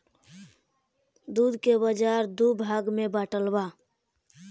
दूध के बाजार दू भाग में बाटल बा